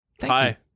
Hi